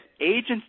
agents